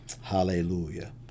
Hallelujah